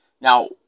Now